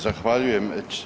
Zahvaljujem.